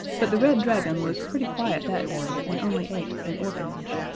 but the red dragon was pretty quiet that day and only ate an orphanage.